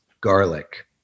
garlic